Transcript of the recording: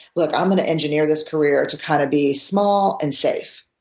look, i'm going to engineer this career to kind of be small and safe.